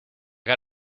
got